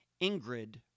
Ingrid